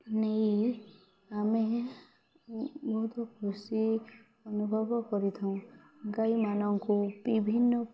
ନେଇ ଆମେ ବହୁତ ଖୁସି ଅନୁଭବ କରିଥାଉ ଗାଈମାନଙ୍କୁ ବିଭିନ୍ନ